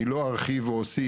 אני לא ארחיב או אוסיף,